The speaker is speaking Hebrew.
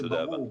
זה ברור.